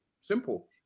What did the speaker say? Simple